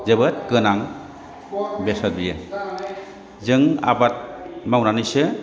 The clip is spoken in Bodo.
जोबोद गोनां बेसाद बियो जों आबाद मावनानैसो